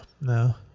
no